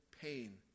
pain